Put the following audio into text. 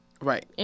Right